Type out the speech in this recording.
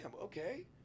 okay